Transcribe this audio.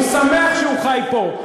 הוא שמח שהוא חי פה.